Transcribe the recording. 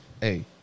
Hey